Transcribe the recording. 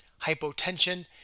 hypotension